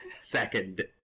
second